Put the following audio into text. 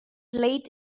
late